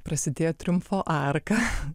prasidėjo triumfo arka